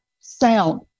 sound